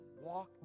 walk